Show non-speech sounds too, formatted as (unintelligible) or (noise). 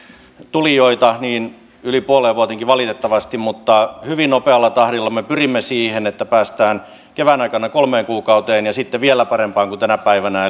tulijoita yli puoleen vuoteen valitettavasti mutta hyvin nopealla tahdilla me pyrimme siihen että päästään kevään aikana kolmeen kuukauteen ja sitten vielä parempaan kuin tänä päivänä (unintelligible)